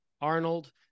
Arnold